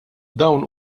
dawn